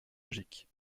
logique